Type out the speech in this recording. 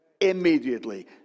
immediately